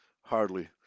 Hardly